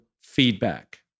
feedback